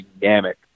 dynamic